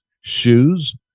shoes